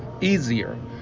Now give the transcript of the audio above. easier